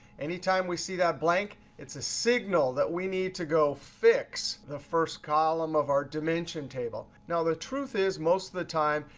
anytime we see that blank, it's a signal that we need to go fix the first column of our dimension table. now, the truth is, most of the time,